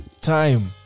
time